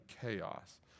chaos